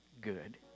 good